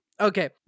Okay